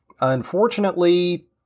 Unfortunately